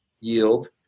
yield